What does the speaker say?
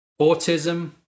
autism